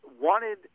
wanted